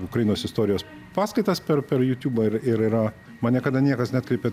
ukrainos istorijos paskaitas per per jutubą ir ir yra man niekada niekas neatkreipė